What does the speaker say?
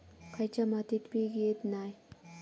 खयच्या मातीत पीक येत नाय?